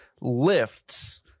lifts